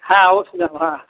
হ্যাঁ হ্যাঁ